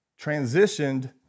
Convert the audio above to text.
transitioned